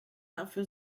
dafür